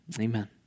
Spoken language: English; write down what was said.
amen